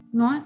no